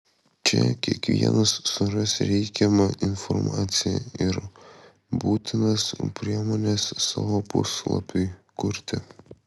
čia kiekvienas suras reikiamą informaciją ir būtinas priemones savo puslapiui kurti